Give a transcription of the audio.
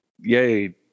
yay